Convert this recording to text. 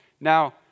Now